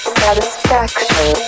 satisfaction